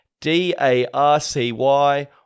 D-A-R-C-Y